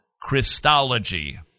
Christology